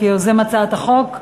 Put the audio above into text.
כיוזם הצעת החוק,